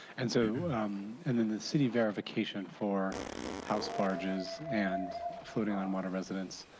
and so and and the city verification for house barges and floating on water residence,